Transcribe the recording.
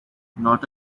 not